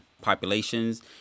populations